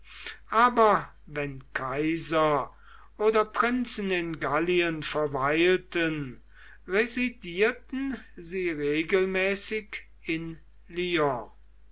aber wenn kaiser oder prinzen in gallien verweilten residierten sie regelmäßig in